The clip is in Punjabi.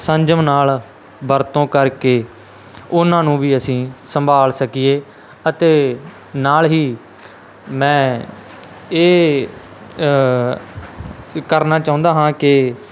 ਸੰਯਮ ਨਾਲ ਵਰਤੋਂ ਕਰਕੇ ਉਹਨਾਂ ਨੂੰ ਵੀ ਅਸੀਂ ਸੰਭਾਲ ਸਕੀਏ ਅਤੇ ਨਾਲ ਹੀ ਮੈਂ ਇਹ ਕ ਕਰਨਾ ਚਾਹੁੰਦਾ ਹਾਂ ਕਿ